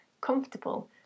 comfortable